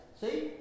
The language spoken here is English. See